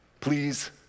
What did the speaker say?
please